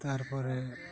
ᱛᱟᱨᱯᱚᱨᱮ